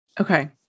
Okay